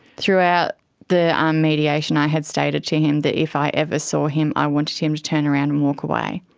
throughout the um mediation i had stated to him that if i ever saw him i wanted him to turn around and walk away.